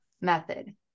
method